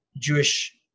Jewish